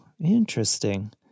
Interesting